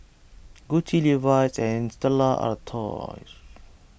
Gucci Levi's and Stella Artois